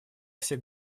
все